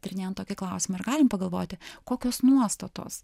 tyrinėjant tokį klausimą ir galim pagalvoti kokios nuostatos